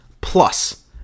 plus